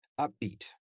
upbeat